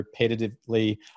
repetitively